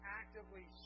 actively